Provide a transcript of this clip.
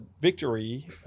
victory